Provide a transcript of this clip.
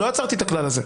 לא עצרתי את הכלל הזה.